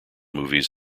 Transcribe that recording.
movies